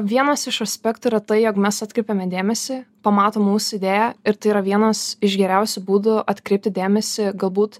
vienas iš aspektų yra tai jog mes atkreipiame dėmesį pamato mūsų idėją ir tai yra vienas iš geriausių būdų atkreipti dėmesį galbūt